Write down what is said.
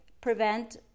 prevent